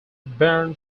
barn